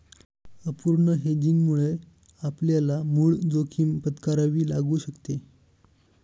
अपूर्ण हेजिंगमुळे आपल्याला मूळ जोखीम पत्करावी लागू शकते